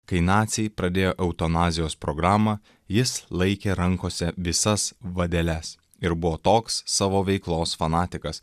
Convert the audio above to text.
kai naciai pradėjo eutanazijos programą jis laikė rankose visas vadeles ir buvo toks savo veiklos fanatikas